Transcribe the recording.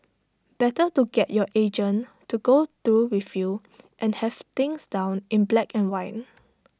better to get your agent to go through with you and have things down in black and white